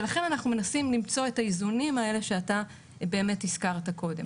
ולכן אנחנו מנסים למצוא את האיזונים האלה שאתה באמת הזכרת קודם.